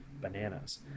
bananas